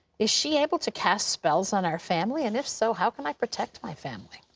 is she able to cast spells on our family? and if so, how can i protect my family?